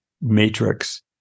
matrix